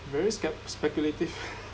very scep~ speculative